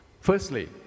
Firstly